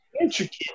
intricate